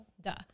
duh